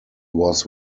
was